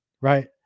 Right